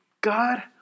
God